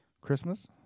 Christmas